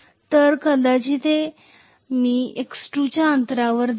तर कदाचित हे कदाचित मी x2 च्या अंतरावर जात आहे